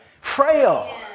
frail